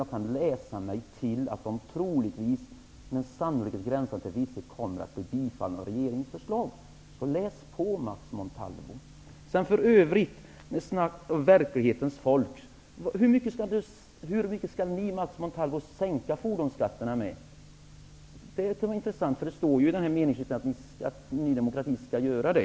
Jag kan läsa mig till att de troligtvis, med en sannolikhet gränsande till visshet, kommer att bifallas och bli regeringsförslag. Läs på, Max Montalvo! Med anledning av snack om verklighetens folk: Hur mycket skall ni, Max Montalvo, sänka fordonsskatterna med? Det vore intressant att få veta. Det står i meningsyttringen att Ny demokrati skall göra det.